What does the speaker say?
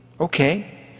Okay